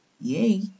Yay